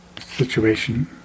situation